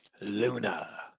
Luna